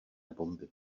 bomby